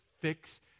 fix